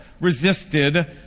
resisted